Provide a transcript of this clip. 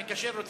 המקשר,